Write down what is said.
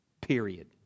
Period